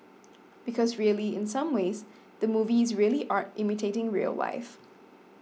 because really in some ways the movie is really art imitating real life